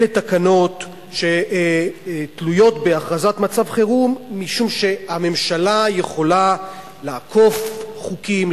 אלה תקנות שתלויות בהכרזת מצב חירום משום שהממשלה יכולה לעקוף חוקים,